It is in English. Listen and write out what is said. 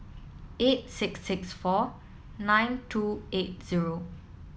eight six six four nine two eight zero